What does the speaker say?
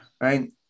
Right